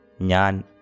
Nyan